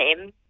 name